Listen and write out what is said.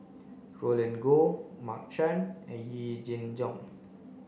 Roland Goh Mark Chan and Yee Jenn Jong